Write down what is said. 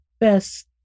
best